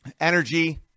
energy